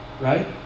right